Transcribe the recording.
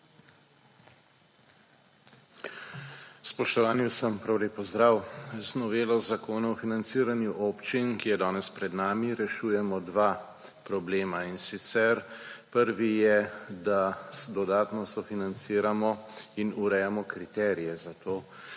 Spoštovani, vsem prav lep pozdrav. Z novelo Zakona o financiranju občin, ki je danes pred nami, rešujemo 2 problema, in sicer prvi je, da dodatno sofinanciramo in urejamo kriterije za to